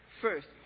First